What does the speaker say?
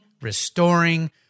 restoring